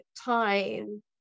time